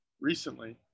recently